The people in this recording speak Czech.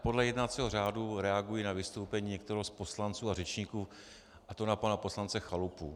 Podle jednacího řádu reaguji na vystoupení některého z poslanců a řečníků, a to na pana poslance Chalupu.